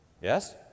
Yes